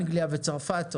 אנגליה וצרפת,